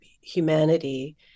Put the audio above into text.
humanity